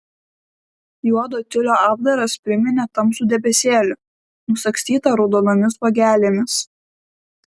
juodo tiulio apdaras priminė tamsų debesėlį nusagstytą raudonomis uogelėmis